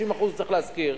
60% הוא צריך להשכיר,